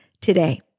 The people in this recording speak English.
today